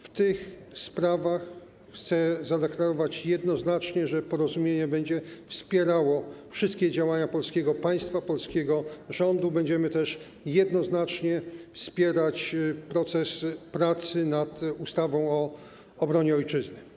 W tych sprawach chcę zadeklarować jednoznacznie, że Porozumienie będzie wspierało wszystkie działania polskiego państwa, polskiego rządu, będziemy też jednoznacznie wspierać proces pracy nad ustawą o obronie ojczyzny.